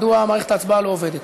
מדוע מערכת ההצבעה לא עובדת?